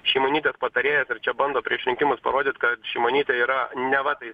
šimonytės patarėjas ir čia bando prieš rinkimus parodyt kad šimonytė yra neva tai